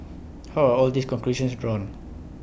how are all these conclusions drawn